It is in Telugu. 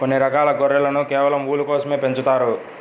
కొన్ని రకాల గొర్రెలను కేవలం ఊలు కోసమే పెంచుతారు